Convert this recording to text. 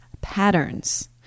patterns